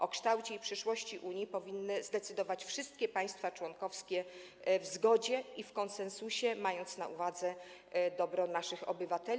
O kształcie i przyszłości Unii powinny zdecydować wszystkie państwa członkowskie w zgodzie i w konsensusie, mając na uwadze dobro naszych obywateli.